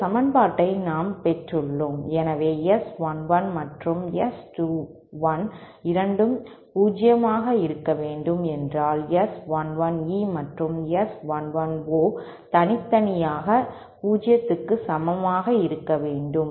இந்த சமன்பாட்டை நாம் பெற்றுள்ளோம் எனவே S11 மற்றும் S21 இரண்டும் 0 ஆக இருக்க வேண்டும் என்றால் S11 E மற்றும் S 11 O தனித்தனியாக 0 க்கு சமமாக இருக்க வேண்டும்